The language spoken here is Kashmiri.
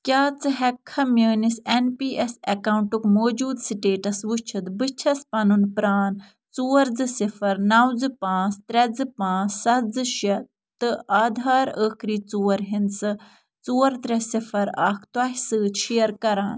کیٛاہ ژٕ ہٮ۪ککھا میٛٲنِس اٮ۪ن پی اٮ۪س اٮ۪کاوُنٛٹُک موجودٕ سٕٹیٹَس وٕچھِتھ بہٕ چھَس پنُن پرٛان ژور زٕ صِفر نَو زٕ پانٛژھ ترٛےٚ زٕ پانٛژھ سَتھ زٕ شےٚ تہٕ آدھار ٲخری ژور ہِنٛدسہٕ ژور ترٛےٚ صِفر اکھ تۄہہِ سۭتۍ شِیَر کران